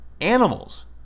animals